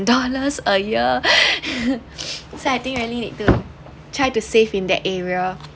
dollars a year so I think really need to try to save in that area